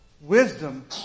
Wisdom